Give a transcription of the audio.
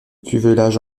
cuvelage